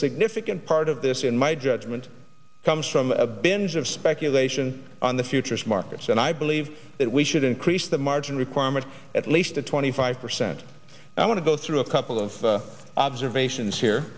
significant part of this in my judgment comes from a binge of speculation on the futures markets and i believe that we should increase the margin required at least a twenty five percent i want to go through a couple of observations here